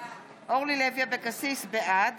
בעד